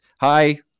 hi